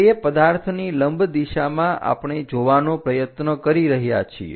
તે પદાર્થની લંબ દિશામાં આપણે જોવાનો પ્રયત્ન કરી રહ્યા છીએ